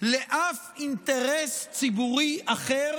לאף אינטרס ציבורי אחר